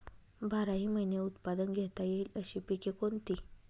बाराही महिने उत्पादन घेता येईल अशी पिके कोणती?